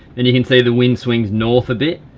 and you can see the wind swings north a bit,